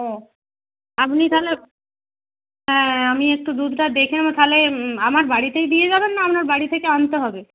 ও আপনি তাহলে হ্যাঁ আমি একটু দুধটা দেখে নেব তাহলে আমার বাড়িতেই দিয়ে যাবেন না আপনার বাড়ি থেকে আনতে হবে